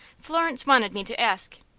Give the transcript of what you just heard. florence wanted me to ask.